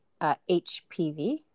HPV